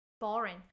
boring